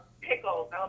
pickles